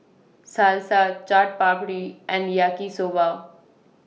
Salsa Chaat Papri and Yaki Soba